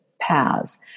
powers